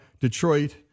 Detroit